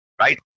right